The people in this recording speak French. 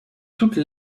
toute